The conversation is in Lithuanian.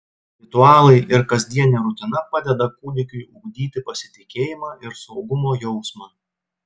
ritualai ir kasdienė rutina padeda kūdikiui ugdyti pasitikėjimą ir saugumo jausmą